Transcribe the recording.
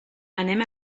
anem